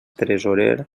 tresorer